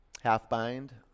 Half-bind